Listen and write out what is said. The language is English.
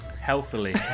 healthily